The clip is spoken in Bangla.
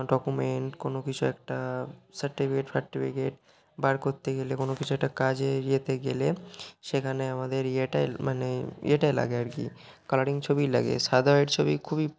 ডকুমেন্ট কোনো কিছু একটা সার্টিফিকেট ফার্টিফিকেট বার করতে গেলে কোনো কিছু একটা কাজের ইয়েতে গেলে সেখানে আমাদের মানে ইয়েটাই লাগে আর কি কালারিং ছবিই লাগে সাদা হোয়াইট ছবি খুবই